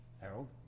Harold